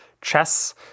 chess